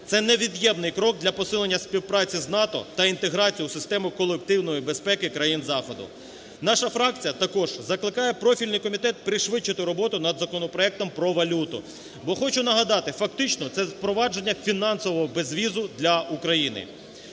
Це невід'ємний крок для посилення співпраці з НАТО та інтеграція в систему колективної безпеки країн Заходу. Наша фракція також закликає профільний комітет пришвидшити роботу над законопроектом про валюту. Бо хочу нагадати, фактично це впровадження фінансового безвізу для України.